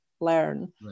learn